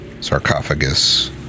sarcophagus